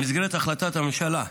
במסגרת החלטת הממשלה 1459,